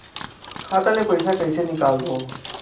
खाता ले पईसा कइसे निकालबो?